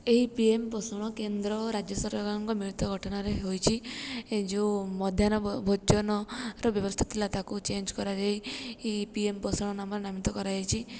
ଏହି P M Poshan କେନ୍ଦ୍ର ଓ ରାଜ୍ୟ ସରକାରଙ୍କ ମିଳିତ ଗଠନରେ ହୋଇଛି ଏ ଯେଉଁ ମଧ୍ୟାହ୍ନ ଭୋଜନର ବ୍ୟବସ୍ଥା ଥିଲା ତାକୁ ଚେଞ୍ଜ କରାଯାଇ ଏହି ପି ଏମ୍ ପୋଷଣ ନାମରେ ନାମିତ କରାଯାଇଛି